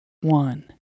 one